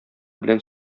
белән